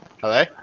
Hello